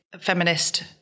feminist